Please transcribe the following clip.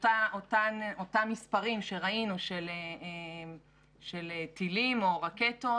אותם מספרים שראינו של טילים או רקטות.